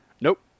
Nope